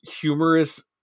humorous